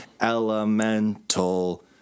Elemental